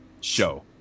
show